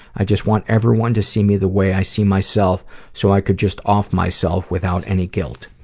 i just want everyone to see me the way i see myself so i could just off myself without any guilt.